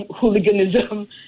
hooliganism